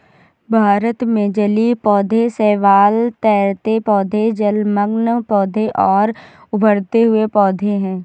भारत में जलीय पौधे शैवाल, तैरते पौधे, जलमग्न पौधे और उभरे हुए पौधे हैं